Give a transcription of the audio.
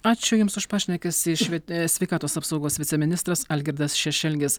ačiū jums už pašnekesį šviet sveikatos apsaugos viceministras algirdas šešelgis